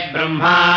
Brahma